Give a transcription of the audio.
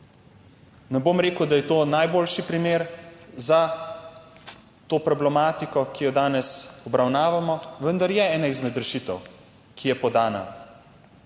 Ne bom rekel, da je to najboljši primer za to problematiko, ki jo danes obravnavamo, vendar je ena izmed rešitev, ki so podane.